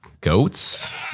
goats